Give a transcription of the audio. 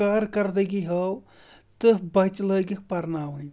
کارکَردَگی ہٲو تہٕ بَچہٕ لٲگِکھ پَرناوٕنۍ